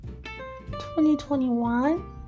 2021